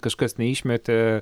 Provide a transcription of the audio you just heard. kažkas neišmetė